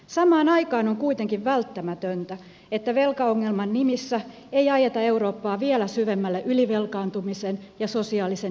samaan aikaan on kuitenkin välttämätöntä että velkaongelman nimissä ei ajeta eurooppaa vielä syvemmälle ylivelkaantumisen ja sosiaalisen epävakauden tielle